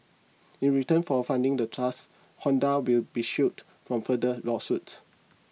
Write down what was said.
in return for funding the trust Honda will be shielded from further lawsuits